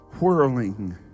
whirling